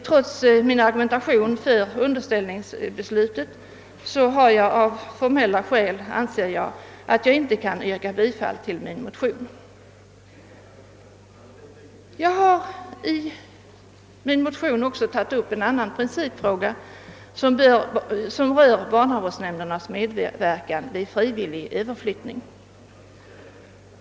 Trots min argumentation för underställningsbeslutet anser jag att jag av formella skäl inte kan yrka bifall till min motion. I motionen har jag också tagit upp en annan principfråga som rör barnavårdsnämndernas medverkan vid fri villig överflyttning.